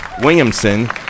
Williamson